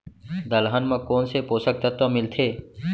दलहन म कोन से पोसक तत्व मिलथे?